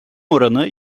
oranı